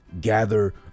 gather